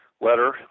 letter